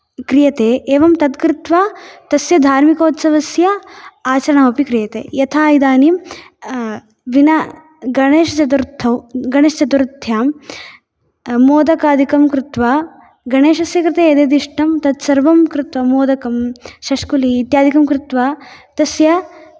क्रियते एवं तद् कृत्त्वा तस्य धार्मिकोत्सवस्य आचरणमपि क्रियते यथा इदानीं विना गणेशचतुर्थौ गणेशचतुर्थ्यां मोदकादिकं कृत्त्वा गणेशस्य कृते यद्यदिष्टं तत् सर्वं कृत्त्वा मोदकं शेषकुली इत्यादिकं कृत्त्वा तस्य